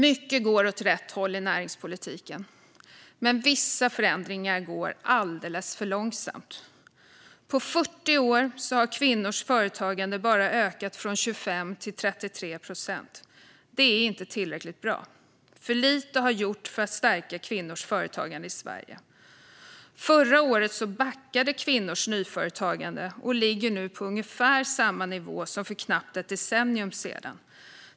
Mycket går åt rätt håll i näringspolitiken, men vissa förändringar går alldeles för långsamt. På 40 år har kvinnors företagande bara ökat från 25 till 33 procent. Det är inte tillräckligt bra. För lite har gjorts för att stärka kvinnors företagande i Sverige. Förra året backade kvinnors nyföretagande, och det ligger nu på ungefär samma nivå som för nästan ett decennium sedan.